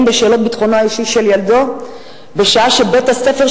בשאלות ביטחונו האישי של ילדו בשעה שבית-הספר,